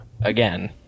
Again